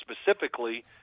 specifically